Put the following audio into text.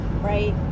right